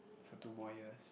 for two more years